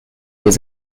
was